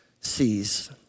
sees